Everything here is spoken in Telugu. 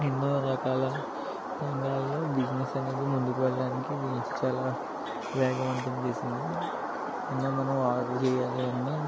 ఎన్నో రకాల రంగాల్లో బిజినెస్ అనేది ముందుకు వెళ్ళడానికి చాలా వేగవంతం చేసింది ఏదన్న మనం ఆర్డర్ చేయాలి అన్న